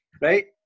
Right